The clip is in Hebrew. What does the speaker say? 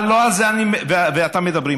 אבל לא על זה אני ואתה מדברים,